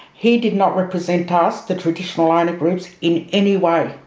he did not represent ah us, the traditional owner groups, in any way.